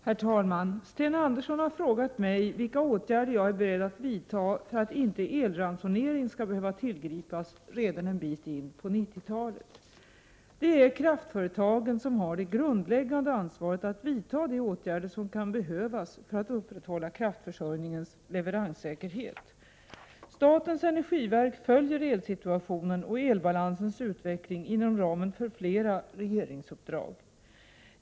Herr talman! Sten Andersson i Malmö har frågat mig om vilka åtgärder jag är beredd att vidta för att inte elransonering skall behöva tillgripas redan en bit in på 90-talet. Det är kraftföretagen som har det grundläggande ansvaret att vidta de åtgärder som kan behövas för att upprätthålla kraftförsörjningens leveranssäkerhet. Statens energiverk följer elsituationen och elbalansens utveckling inom ramen för flera regeringsuppdrag.